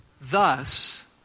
Thus